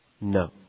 No